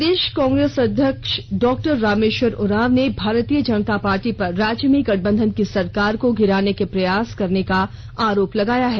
प्रदेश कांग्रेस अध्यक्ष डॉ रामेश्वर उरांव ने भारतीय जनता पार्टी पर राज्य में गठबंधन की सरकार को गिराने के प्रयास करने का आरोप लगाया है